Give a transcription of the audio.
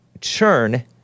churn